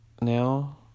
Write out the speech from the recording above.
now